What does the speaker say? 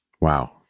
Wow